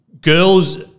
girls